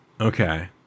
okay